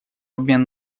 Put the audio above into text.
обмен